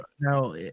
now